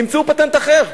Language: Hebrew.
ימצאו פטנט אחר.